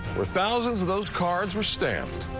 were thousands of those cards were stamped.